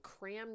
crammed